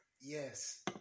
Yes